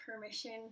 permission